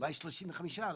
אולי 35,000,